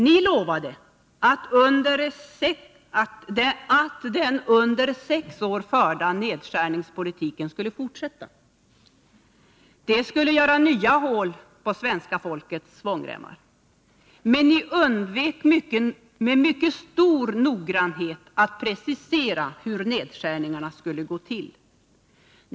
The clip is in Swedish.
Ni lovade att den under sex år förda nedskärningspolitiken skulle fortsätta. Det skulle göras nya hål på svenska folkets svångremmar. Men ni undvek med mycket stor noggrannhet att precisera hur nedskärningarna skulle gå till.